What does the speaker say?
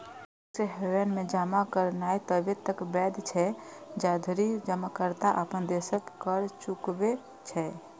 tax haven मे जमा करनाय तबे तक वैध छै, जाधरि जमाकर्ता अपन देशक कर चुकबै छै